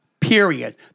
Period